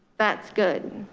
that's good.